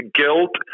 guilt